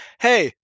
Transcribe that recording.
Hey